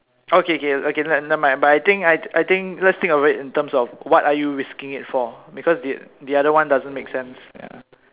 oh K K okay like never mind but I think I think let's think of it in terms of what are you risking it for because the oth~ the other one doesn't make sense ya